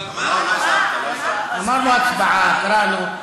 לא הצגת, אמרנו "הצבעה", קראנו.